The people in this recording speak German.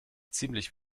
ziemlich